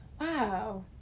wow